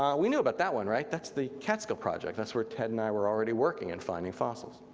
um we know about that one right, that's the catskill project. that's where ted and i were already working and finding fossils.